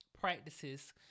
practices